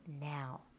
now